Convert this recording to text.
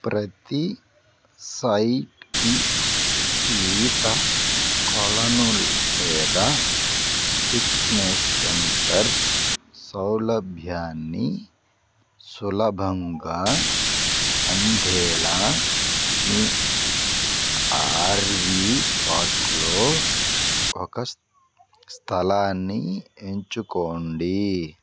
ప్రతి సైట్కి ఈత కొలను లేదా ఫిట్నెస్ సెంటర్ సౌలభ్యాన్ని సులభంగా అందేలా మీ ఆర్వీ పార్కులో ఒక స్థలాన్ని ఎంచుకోండి